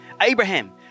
Abraham